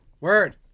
Word